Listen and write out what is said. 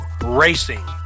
racing